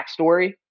backstory